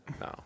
No